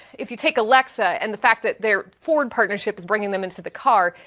if you take alexa and the fact that they're formed partnerships bringing them into the car,